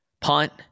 punt